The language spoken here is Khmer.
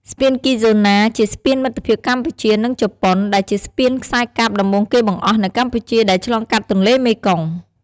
ស្ពានគីហ្សូណា ជាស្ពានមិត្តភាពកម្ពុជានិងជប៉ុន ដែលជាស្ពានខ្សែកាបដំបូងគេបង្អស់នៅកម្ពុជាដែលឆ្លងកាត់ទន្លេមេគង្គ។